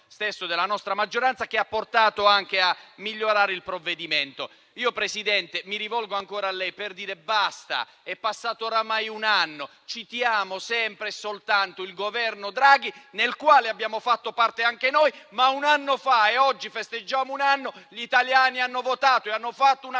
della nostra maggioranza, che ha portato a migliorare il provvedimento. Signor Presidente, mi rivolgo ancora a lei per dire: basta, è passato oramai un anno, eppure citiamo sempre e soltanto il Governo Draghi, del quale abbiamo fatto parte anche noi, ma un anno fa. Oggi festeggiamo un anno, gli italiani hanno votato e hanno fatto una